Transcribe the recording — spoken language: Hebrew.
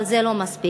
אבל זה לא מספיק,